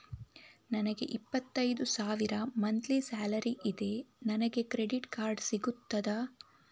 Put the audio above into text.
ನನಗೆ ಇಪ್ಪತ್ತೈದು ಸಾವಿರ ಮಂತ್ಲಿ ಸಾಲರಿ ಇದೆ, ನನಗೆ ಕ್ರೆಡಿಟ್ ಕಾರ್ಡ್ ಸಿಗುತ್ತದಾ?